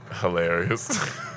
Hilarious